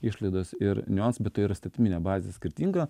išlaidos ir niuansai be to ir įstatyminė bazė skirtinga